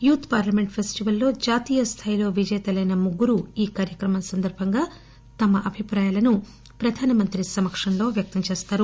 youth parliament ఫెస్టివల్లో జాతీయ స్థాయిలో విజేతలైన ముగ్గురూ ఈ కార్యక్రమం సందర్బంగా తమ అభిప్రాయాలను ప్రధానమంత్రి సమక్షంలో వ్యక్తం చేస్తారు